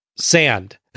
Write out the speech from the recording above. sand